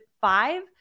five